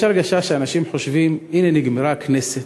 יש הרגשה שאנשים חושבים: הנה נגמרה הכנסת.